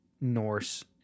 Norse